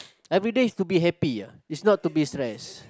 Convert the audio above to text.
everyday is to be happy ah is not to be stress